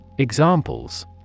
Examples